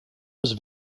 was